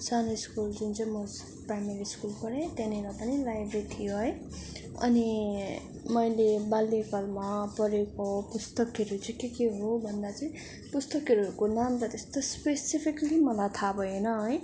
सानो स्कुल जुन चाहिँ म प्राइमेरी स्कुल पढेँ त्यहाँनिर पनि लाइब्रेरी थियो है अनि मैले बाल्यकालमा पढेको पुस्तकहरू चाहिँ के के हो भन्दा चाहिँ पुस्तकहरूको नाम त त्यस्तो स्पेसिफिकल्ली मलाई थाहा भएन है